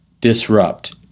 disrupt